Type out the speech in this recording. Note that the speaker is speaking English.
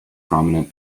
prominent